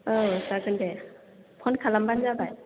औ जागोन दे फन खालामबानो जाबाय